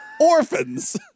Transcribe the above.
Orphans